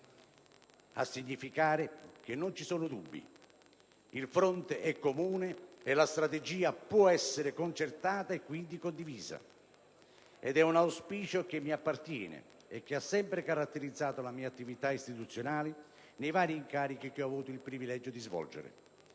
a significare che non ci sono dubbi: il fronte è comune e la strategia può essere concertata e quindi condivisa. È un auspicio che mi appartiene e che ha sempre caratterizzato la mia attività istituzionale nei vari incarichi che ho avuto il privilegio di svolgere.